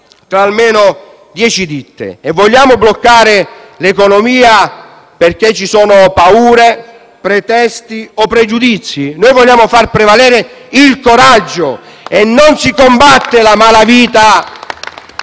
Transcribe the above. tra almeno dieci ditte. Vogliamo bloccare l'economia perché ci sono paure, pretesti o pregiudizi? Noi vogliamo far prevalere il coraggio. *(Applausi dai